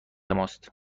ماست